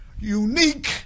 Unique